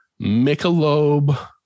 Michelob